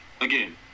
again